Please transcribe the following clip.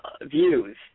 views